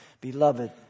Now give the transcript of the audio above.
Beloved